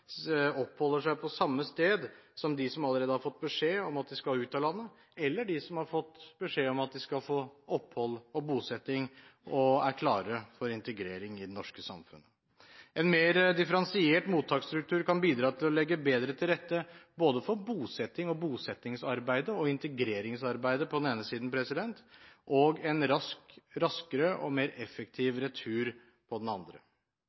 oppholder seg på samme sted som de som allerede har fått beskjed om at de skal ut av landet – eller de som har fått beskjed om at de skal få opphold og bosetting og er klare for integrering i det norske samfunnet. En mer differensiert mottaksstruktur kan bidra til å legge bedre til rette for både bosettingen, bosettingsarbeidet og integreringsarbeidet på den ene siden og en raskere og mer effektiv retur på den andre.